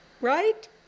Right